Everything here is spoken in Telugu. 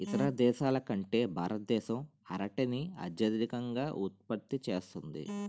ఇతర దేశాల కంటే భారతదేశం అరటిని అత్యధికంగా ఉత్పత్తి చేస్తుంది